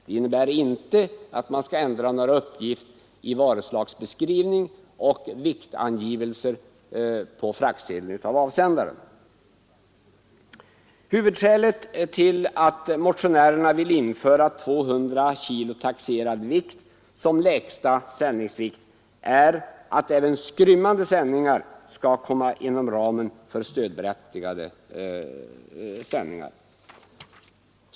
Det innebär inte att avsändaren skall ändra några uppgifter i varuslagsbeskrivning och viktangivelse på fraktsedeln. Huvudskälet till att motionärerna vill införa 200 kg taxerad vikt som lägsta sändningsvikt är att även skrymmande sändningar skall komma inom ramen för stödberättigade sändningar.